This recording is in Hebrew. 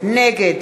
נגד